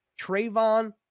Trayvon